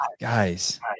guys